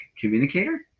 communicator